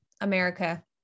America